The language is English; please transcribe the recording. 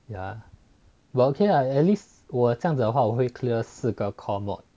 yeah but okay lah at least 我这样子的话我会 clear 四个 core mod